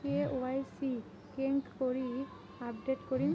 KYC কেঙ্গকরি update করিম?